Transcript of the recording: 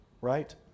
right